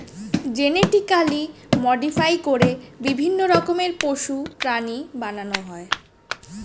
genetically modify করে বিভিন্ন রকমের পশু, প্রাণী বানানো হয়